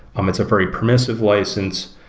um it's a very permissive license,